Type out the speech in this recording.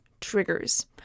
triggers